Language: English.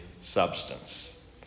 substance